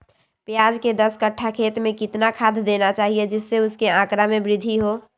प्याज के दस कठ्ठा खेत में कितना खाद देना चाहिए जिससे उसके आंकड़ा में वृद्धि हो?